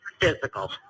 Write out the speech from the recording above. physical